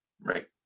Right